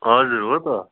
हजुर हो त